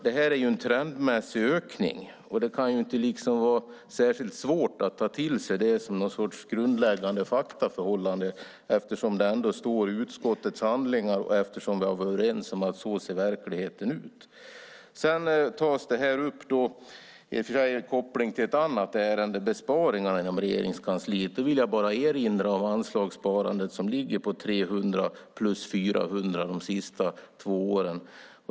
Det är en trendmässig ökning, och det kan inte vara särskilt svårt att ta till sig detta som ett grundläggande faktum eftersom det står i utskottets handlingar och vi varit överens om att så ser verkligheten ut. Det tas också upp en koppling till ett annat ärende, nämligen besparingarna inom Regeringskansliet. Då vill jag bara erinra om anslagssparandet som ligger på 300 plus 400 de senaste två åren.